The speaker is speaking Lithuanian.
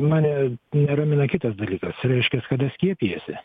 mane neramina kitas dalykas reiškias kada skiepijasi